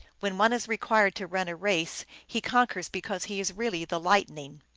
when one is required to run a race he conquers because he is really the lightning.